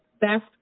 best